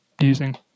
using